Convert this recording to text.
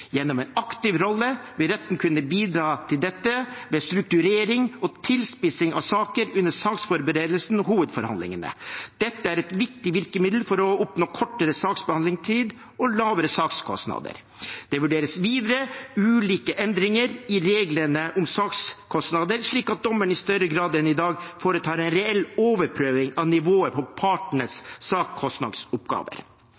Gjennom en aktiv rolle vil retten kunne bidra til dette ved strukturering og tilspissing av saker under saksforberedelsene til hovedforhandlingene. Dette er et viktig virkemiddel for å oppnå kortere saksbehandlingstid og lavere sakskostnader. Det vurderes videre ulike endringer i reglene om sakskostnader, slik at dommerne i større grad enn i dag foretar en reell overprøving av nivået